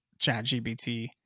ChatGPT